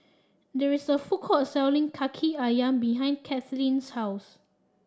there is a food court selling Kaki ayam behind Kathleen's house